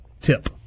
tip